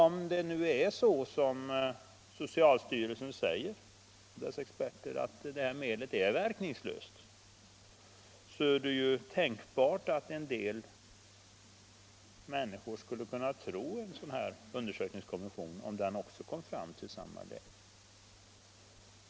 Om det nu är så, som socialstyrelsen och dess experter säger, att medlet är verkningslöst är det tänkbart att människor skulle kunna tro på det om undersökningskommissionen också kom till det resultatet.